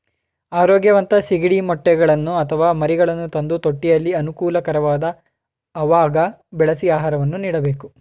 ಆರೋಗ್ಯವಂತ ಸಿಗಡಿ ಮೊಟ್ಟೆಗಳನ್ನು ಅಥವಾ ಮರಿಗಳನ್ನು ತಂದು ತೊಟ್ಟಿಯಲ್ಲಿ ಅನುಕೂಲಕರವಾದ ಅವಾಗ ಬೆಳೆಸಿ ಆಹಾರವನ್ನು ನೀಡಬೇಕು